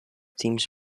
teams